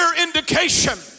indication